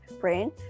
brain